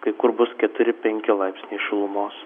kai kur bus keturi penki laipsniai šilumos